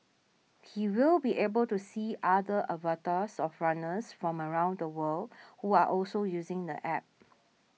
he will be able to see other avatars of runners from around the world who are also using the App